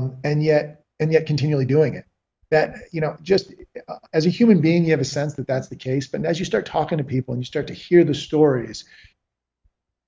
peace and yet and yet continually doing it that you know just as a human being you have a sense that that's the case but as you start talking to people and start to hear the stories